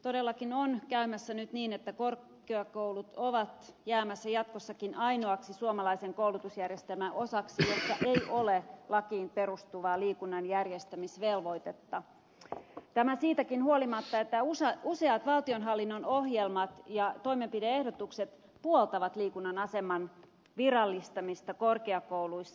todellakin on käymässä nyt niin että korkeakoulut ovat jäämässä jatkossakin ainoaksi suomalaisen koulutusjärjestelmän osaksi jossa ei ole lakiin perustuvaa liikunnan järjestämisvelvoitetta tämä siitäkin huolimatta että useat valtionhallinnon ohjelmat ja toimenpide ehdotukset puoltavat liikunnan aseman virallistamista korkeakouluissa